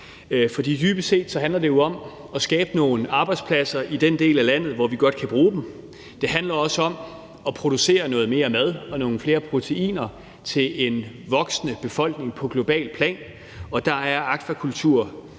For dybest set handler det jo om at skabe nogle arbejdspladser i den del af landet, hvor vi godt kan bruge dem. Det handler også om at producere noget mere mad og nogle flere proteiner til en voksende befolkning på globalt plan, og der er akvakultur